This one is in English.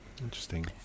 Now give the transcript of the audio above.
Interesting